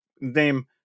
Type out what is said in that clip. name